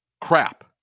crap